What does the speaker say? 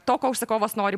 to ko užsakovas nori